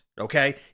Okay